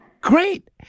Great